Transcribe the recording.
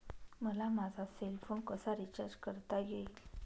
मला माझा cell phone कसा रिचार्ज करता येईल?